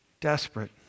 Desperate